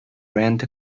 rent